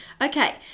Okay